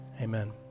Amen